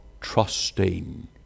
trusting